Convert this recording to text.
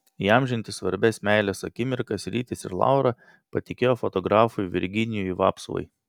įamžinti svarbias meilės akimirkas rytis ir laura patikėjo fotografui virginijui vapsvai